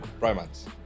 Romance